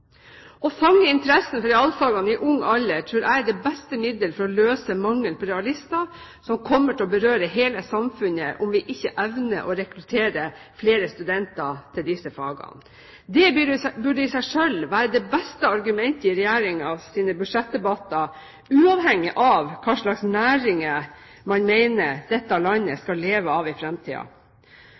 Å fange interessen for realfagene i ung alder tror jeg er det beste middel for å løse mangelen på realister, som kommer til å berøre hele samfunnet om vi ikke evner å rekruttere flere studenter til disse fagene. Det burde i seg selv være det beste argumentet i Regjeringens budsjettdebatter uavhengig av hvilke næringer man mener dette landet skal leve av i